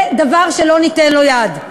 זה דבר שלא ניתן לו יד.